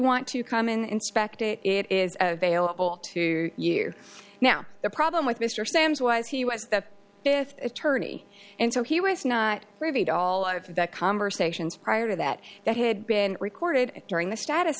want to come in inspect it it is available to you now the problem with mr sams was he was the th attorney and so he was not privy to all of the conversations prior to that that had been recorded during the status